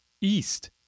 east